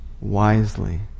wisely